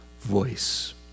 voice